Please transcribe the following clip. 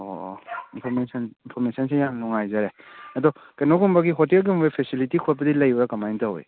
ꯑꯣ ꯑꯣ ꯏꯟꯐꯣꯔꯃꯦꯁꯟ ꯏꯟꯐꯣꯔꯃꯦꯁꯟꯁꯤ ꯌꯥꯝ ꯅꯨꯡꯉꯥꯏꯖꯔꯦ ꯑꯗꯨ ꯀꯩꯅꯣꯒꯨꯝꯕꯒꯤ ꯍꯣꯇꯦꯜꯒꯨꯝꯕꯩ ꯐꯦꯁꯤꯂꯤꯇꯤ ꯈꯣꯠꯄꯗꯤ ꯂꯩꯕ꯭ꯔꯥ ꯀꯃꯥꯏꯅ ꯇꯧꯋꯤ